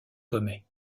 commet